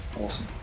Awesome